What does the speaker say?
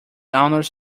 owners